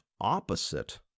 opposite